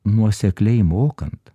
nuosekliai mokant